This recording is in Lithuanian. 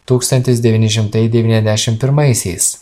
tūkstantis devyni šimtai devyniasdešim pirmaisiais